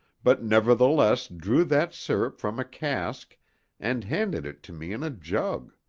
but nevertheless drew that sirup from a cask and handed it to me in a jug.